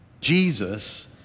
Jesus